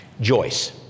Joyce